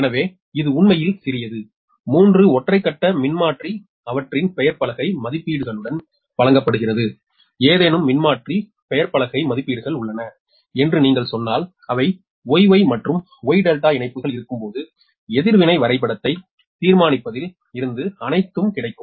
எனவே இது உண்மையில் சிறியது 3 ஒற்றை கட்ட மின்மாற்றி அவற்றின் பெயர்ப்பலகை மதிப்பீடுகளுடன் வழங்கப்படுகிறது ஏதேனும் மின்மாற்றி பெயர்ப்பலகை மதிப்பீடுகள் உள்ளன என்று நீங்கள் சொன்னால் அவை YY மற்றும் Y Δ இணைப்புகள் இருக்கும்போது எதிர்வினை வரைபடத்தை தீர்மானிப்பதில் இருந்து அனைத்தும் கிடைக்கும்